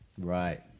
Right